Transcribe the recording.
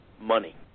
money